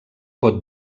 pot